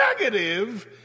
negative